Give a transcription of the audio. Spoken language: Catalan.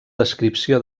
descripció